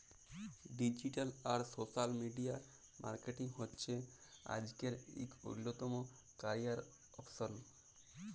digital আর social media marketing হছে আইজকের ইক অল্যতম ক্যারিয়ার অপসল